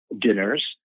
dinners